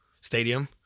stadium